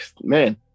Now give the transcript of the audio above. man